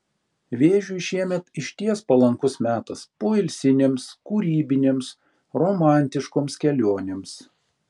vėžiui šiemet išties palankus metas poilsinėms kūrybinėms romantiškoms kelionėms